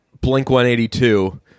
Blink-182